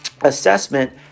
assessment